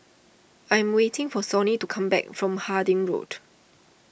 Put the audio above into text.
I am waiting for Sonny to come back from Harding Road